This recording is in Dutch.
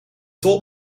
tol